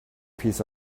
piece